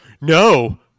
no